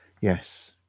Yes